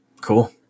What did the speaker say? Cool